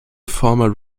former